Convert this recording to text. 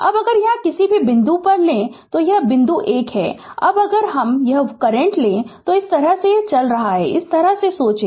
अब अगर यहाँ किसी भी बिंदु पर ले लो यह बिंदु एक है अब अगर हम एक करंट ले रहे तो इस तरह से चल रहा है इस तरह से सोचें